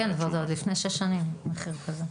כן, וזה עוד לפני שש שנים, מחיר כזה.